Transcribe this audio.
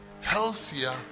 healthier